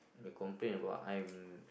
complain about I'm